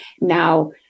Now